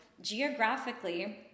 geographically